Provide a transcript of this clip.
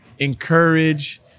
encourage